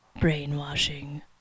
brainwashing